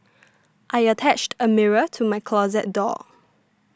I attached a mirror to my closet door